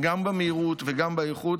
גם במהירות וגם באיכות,